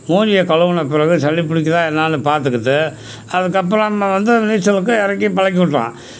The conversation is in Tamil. மூஞ்சியை கழுவுன பிறகு சளி பிடிக்கதா என்னென்னு பார்த்துக்கிட்டு அதுக்கப்புறமா வந்து நீச்சலுக்கு இறக்கி பழக்கி விட்டோம்